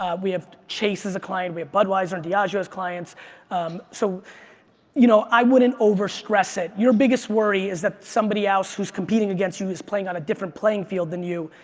um we have chase as a client, we have budweiser and ah diageo as clients so you know i wouldn't overstress it. your biggest worry is that somebody else who's competing against you is playing on a different playing field than you.